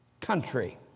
country